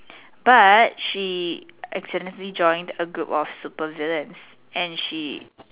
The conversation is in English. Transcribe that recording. but she accidentally joined a group of super villains and she